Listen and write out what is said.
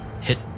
hit